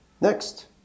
Next